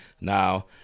Now